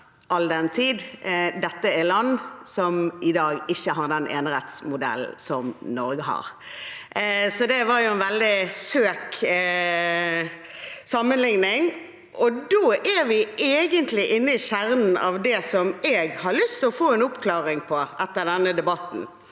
dette er land som i dag ikke har den enerettsmodellen som Norge har. Så det var en veldig søkt sammenligning. Da er vi egentlig i kjernen av det som jeg har lyst til å få en oppklaring av etter denne debatten: